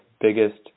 biggest